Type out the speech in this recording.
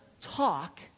talk